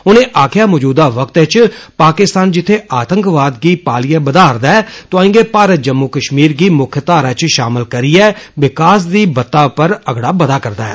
उनें आक्खेआ मौजूदा वक्त इच पाकिस्तान जित्थै आतंकवाद गी पालिए बधा'रदा ऐ तोआंई गै भारत जम्मू कष्मीर गी मुख्यधारा इच षामिल करिए विकास दी बत्ता उप्परा अगड़ा बधा'रदा ऐ